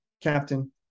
Captain